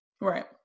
Right